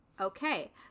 okay